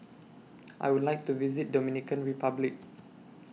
I Would like to visit Dominican Republic